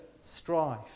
strife